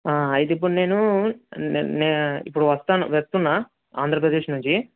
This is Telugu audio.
అయితే ఇప్పుడు నేను నే నెం ఇప్పుడు వస్తాను వస్తున్నా ఆంధ్రప్రదేశ్ నుంచి